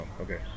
okay